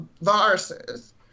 viruses